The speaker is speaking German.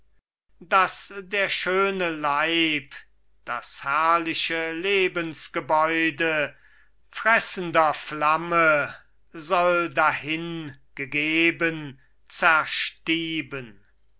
daß der schöne leib das herrliche lebensgebäude fressender flamme soll dahingegeben zerstieben